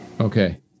okay